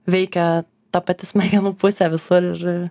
veikia ta pati smegenų pusė visur ir